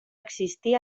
existia